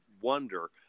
wonder